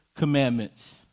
commandments